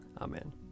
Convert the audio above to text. Amen